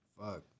Fuck